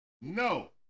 No